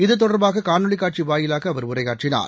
இது தொடர்பாக காணொலி காட்சி வாயிலாக அவர் உரையாற்றினார்